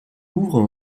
ouvrent